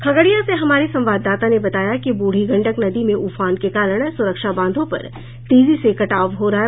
खगड़िया से हमारे संवाददाता ने बताया कि बूढ़ी गंडक नदी में उफान के कारण सुरक्षा बांधों पर तेजी से कटाव हो रहा है